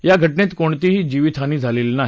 या घटनेत कोणतीही जीवितहानी झालेली नाही